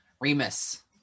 Remus